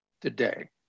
today